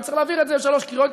וצריך להעביר את זה בשלוש קריאות,